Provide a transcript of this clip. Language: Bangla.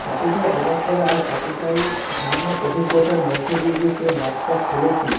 এতটাই অবাক করা আর এতটাই ভয়ানক অভিজ্ঞতার মধ্যে দিয়ে যে সে ম্যাচটা খেলেছি